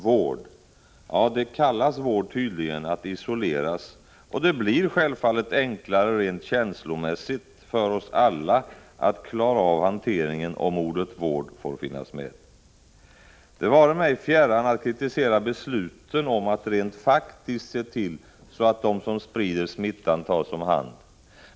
Vård? Ja, det kallas tydligen vård när någon isoleras. Och rent känslomässigt blir det självfallet enklare för oss alla att klara av hanteringen om ordet vård får finnas med. Det vare mig fjärran att kritisera besluten om att rent faktiskt se till att de som sprider smittan tas om hand.